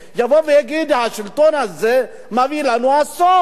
יבוא ויגיד: השלטון הזה מביא לנו אסון.